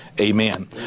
Amen